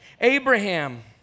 Abraham